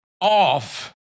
off